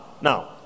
now